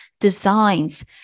designs